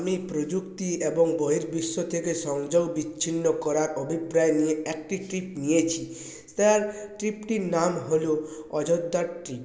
আমি প্রযুক্তি এবং বহির্বিশ্ব থেকে সংযোগ বিচ্ছিন্ন করার অভিপ্রায় নিয়ে একটি ট্রিপ নিয়েছি সেই ট্রিপটির নাম হল অযোধ্যা ট্রিপ